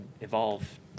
evolve